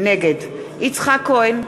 נגד יצחק כהן,